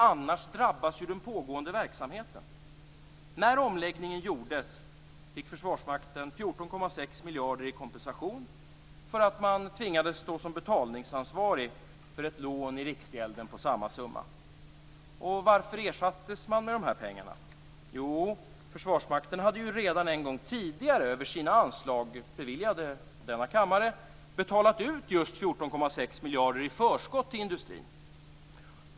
Annars drabbas ju den pågående verksamheten. 14,6 miljarder i kompensation för att man tvingades stå som betalningsansvarig för ett lån i riksgälden på samma summa. Varför ersattes man med de här pengarna? Jo, Försvarsmakten hade ju redan en gång tidigare över sina anslag, beviljade av denna kammare, betalat ut just 14,6 miljarder i förskott till industrin.